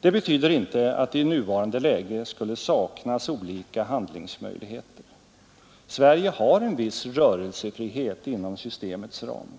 Det betyder inte att det i nuvarande läge skulle saknas olika handlingsmöjligheter. Sverige har en viss rörelsefrihet inom systemets ram.